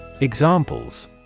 Examples